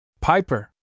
Piper